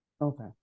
Okay